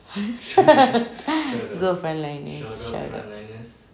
go frontliners shout out